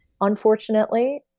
unfortunately